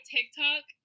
TikTok